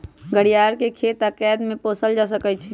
घरियार के खेत आऽ कैद में पोसल जा सकइ छइ